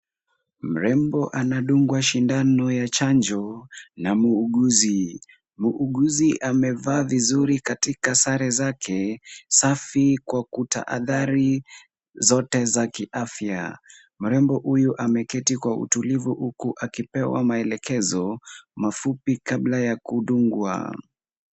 Mrembo anadungwa sindano ya chanjo na muuguzi. Muuguzi amevaa vizuri katika sare zake safi kwa taathari zote za kiafya. Mrembo huyu ameketi kwa utulivu, huku akipewa maelekezo mafupi kabla ya kudungwa.